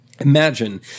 Imagine